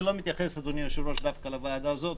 אני לא מתייחס, אדוני היושב-ראש דווקא לוועדה הזו.